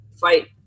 fight